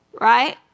right